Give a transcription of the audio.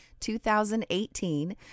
2018